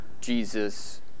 Jesus